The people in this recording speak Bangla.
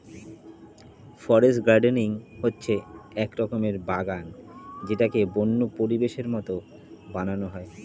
ফরেস্ট গার্ডেনিং হচ্ছে এক রকমের বাগান যেটাকে বন্য পরিবেশের মতো বানানো হয়